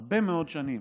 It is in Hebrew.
הרבה מאוד שנים,